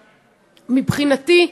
מבחינתי,